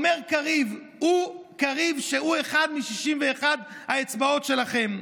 אומר קריב, קריב, שהוא אחד מ-61 האצבעות שלכם: